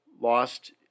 lost